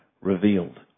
revealed